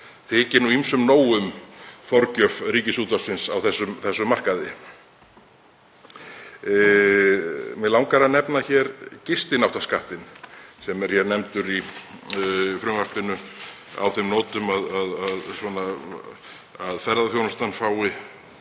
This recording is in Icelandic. og þykir ýmsum nóg um forgjöf Ríkisútvarpsins á þessum markaði. Mig langar að nefna gistináttaskattinn sem er nefndur í frumvarpinu á þeim nótum að ferðaþjónustan fái